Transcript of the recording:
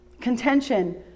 contention